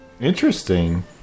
Interesting